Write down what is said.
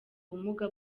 ubumuga